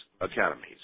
academies